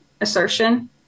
assertion